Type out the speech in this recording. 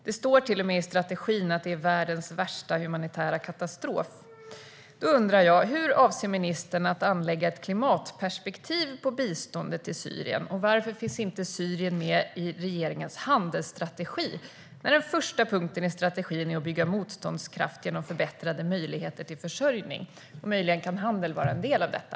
Det står till och med i strategin att det är världens värsta humanitära katastrof. Då undrar jag: Hur avser ministern att anlägga ett klimatperspektiv på biståndet till Syrien, och varför finns inte Syrien med i regeringens handelsstrategi, när den första punkten i strategin är att bygga motståndskraft genom förbättrade möjligheter till försörjning? Möjligen kan handel vara en del av detta.